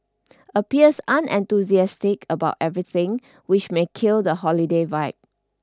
appears unenthusiastic about everything which may kill the holiday vibe